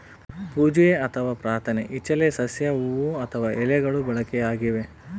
ಪೂಜೆ ಅಥವಾ ಪ್ರಾರ್ಥನೆ ಇಚ್ಚೆಲೆ ಸಸ್ಯ ಹೂವು ಅಥವಾ ಎಲೆಗಳು ಬಳಕೆಯಾಗಿವೆ